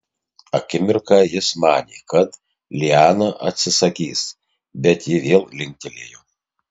akimirką jis manė kad liana atsisakys bet ji vėl linktelėjo